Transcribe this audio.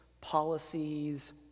policies